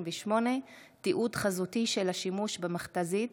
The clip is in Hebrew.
38) (תיעוד חזותי של השימוש במכת"זית),